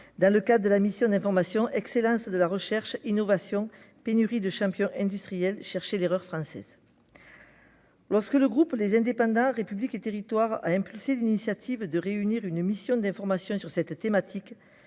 dans le cadre de la mission d'information « Excellence de la recherche/innovation, pénurie de champions industriels : cherchez l'erreur française ». Lorsque le groupe Les Indépendants - République et Territoires a pris l'initiative de créer une mission d'information sur ce thème,